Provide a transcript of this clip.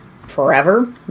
forever